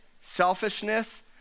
selfishness